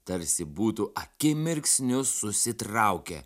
tarsi būtų akimirksniu susitraukę